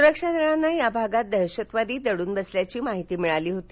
सुरक्षादलांना या भागात दहशतवादी दडून बसल्याची माहिती मिळाली होती